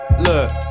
Look